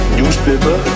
newspaper